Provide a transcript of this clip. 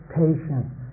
patience